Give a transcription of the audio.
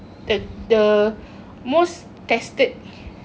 the the most tested